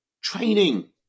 training